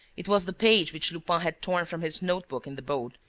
it was the page which lupin had torn from his note-book in the boat,